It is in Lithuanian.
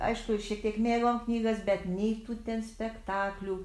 aišku šiek tiek mėgom knygas bet nei tų ten spektaklių